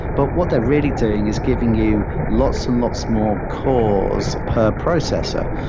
but what they're really doing is giving you lots and lots more cores per processor.